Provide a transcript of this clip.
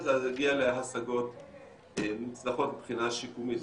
להגיע להישגים מוצלחים מבחינה שיקומית.